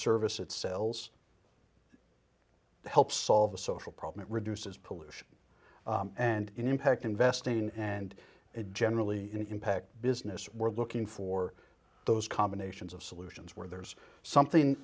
service it sells helps solve a social problem it reduces pollution and impact investing and it generally impact business we're looking for those combinations of solutions where there it's something